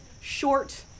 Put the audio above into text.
short